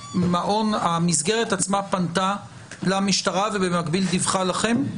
המסגרת עצמה פנתה למשטרה ובמקביל דיווחה לכם?